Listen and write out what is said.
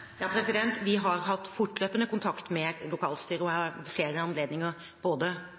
Vi har hatt fortløpende kontakt med lokalstyret, og jeg har ved flere anledninger hatt møte med lokalstyret, både